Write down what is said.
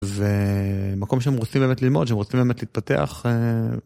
זה.... מקום שהם רוצים באמת ללמוד, שהם רוצים באמת להתפתח. אה...